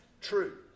true